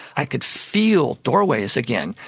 i could feel doorways again,